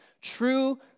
True